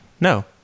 no